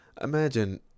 imagine